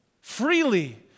Freely